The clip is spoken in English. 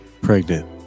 pregnant